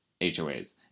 HOAs